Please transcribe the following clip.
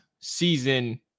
season